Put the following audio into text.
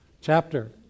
chapter